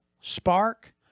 spark